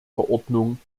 verordnung